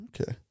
Okay